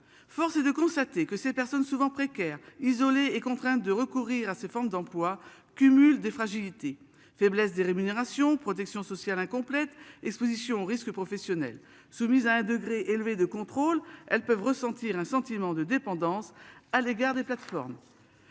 Force est de constater que ces personnes souvent précaires isolé et contraint de recourir à ces formes d'emploi cumul des fragilités faiblesse des rémunérations protection sociale incomplète Exposition aux risques professionnels soumise à un degré élevé de contrôle. Elles peuvent ressentir un sentiment de dépendance à l'égard des plateformes.